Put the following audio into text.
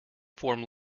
form